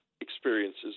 experiences